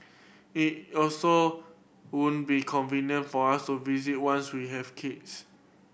it also won't be convenient for us to visit once we have kids